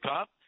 up